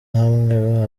hamwe